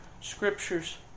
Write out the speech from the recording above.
Scriptures